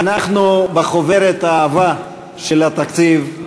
אנחנו בחוברת העבה של התקציב,